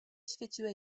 świeciły